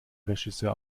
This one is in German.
regisseur